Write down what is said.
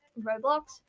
Roblox